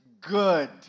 good